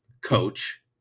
Coach